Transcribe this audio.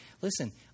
Listen